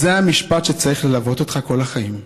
זה המשפט שצריך ללוות אותך כל החיים,